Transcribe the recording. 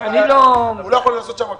הוא לא יכול לעשות שם כלום.